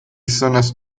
zonas